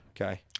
Okay